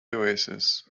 oasis